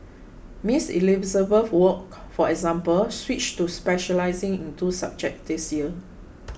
Miss Elizabeth Wok for example switched to specialising in two subjects this year